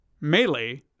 melee